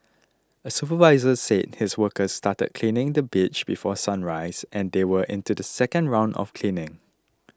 a supervisor said his workers started cleaning the beach before sunrise and they were into the second round of cleaning